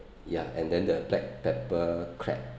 ya and then the black pepper crab